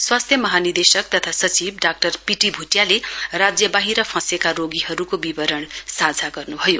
स्वास्थ्य महानिदेशक सचिव तथा सचिव डाक्टर पीटी भुटियाले राज्यबाहिर फँसेका रोगीहरूको विवरण साझा गर्नुभयो